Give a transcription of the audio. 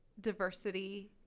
diversity